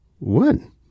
One